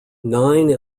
nine